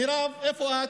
מירב, איפה את,